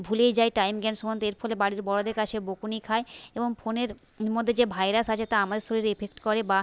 ভুলেই যাই টাইম জ্ঞান সম্বন্ধে এর ফলে বাড়ির বড়দের কাছে বকুনি খায় এবং ফোনের মধ্যে যে ভাইরাস আছে তা আমাদের শরীরে এফেক্ট করে বা